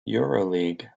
euroleague